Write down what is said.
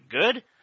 good